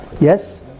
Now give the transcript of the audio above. yes